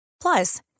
Plus